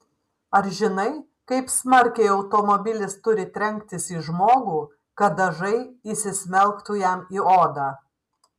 ar žinai kaip smarkiai automobilis turi trenktis į žmogų kad dažai įsismelktų jam į odą